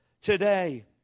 today